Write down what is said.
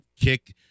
kick